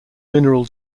mineral